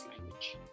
language